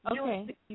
Okay